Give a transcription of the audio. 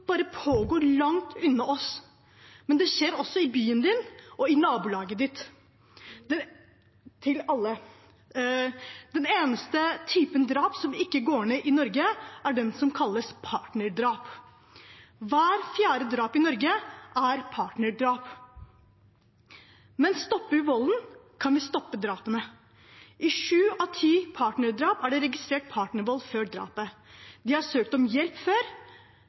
pågår langt unna oss – det skjer også i byen vår og i nabolaget vårt. Den eneste typen drap som ikke går ned i Norge, er den som kalles partnerdrap. Hvert fjerde drap i Norge er partnerdrap. Men stopper vi volden, kan vi stoppe drapene. I sju av ti partnerdrap er det registrert partnervold før drapet. De har søkt om hjelp før,